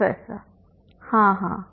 professor हाँ हाँ